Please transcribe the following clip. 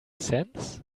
sense